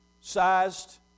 sized